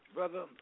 Brother